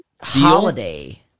holiday